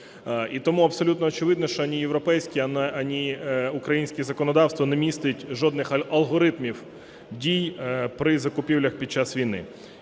І тому абсолютно очевидно, що ані європейське, ані українське законодавство не містить жодних алгоритмів дій при закупівлях під час війни.